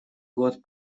год